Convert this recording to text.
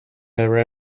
her